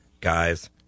guys